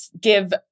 give